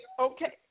Okay